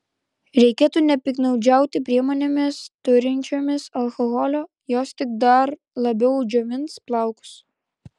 reikėtų nepiktnaudžiauti priemonėmis turinčiomis alkoholio jos tik dar labiau džiovins plaukus